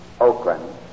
Oakland